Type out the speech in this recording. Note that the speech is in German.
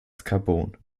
carbon